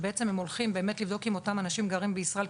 שבעצם הן הולכות לבדוק אם אותם אנשים גרים בישראל,